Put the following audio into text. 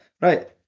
Right